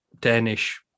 Danish